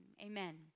Amen